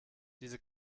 diese